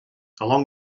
along